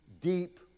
deep